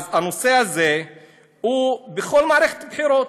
אז הנושא הזה הוא בכל מערכת בחירות,